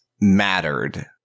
mattered